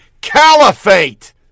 Caliphate